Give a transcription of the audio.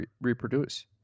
reproduce